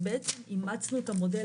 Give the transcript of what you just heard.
ובעצם אימצנו את המודל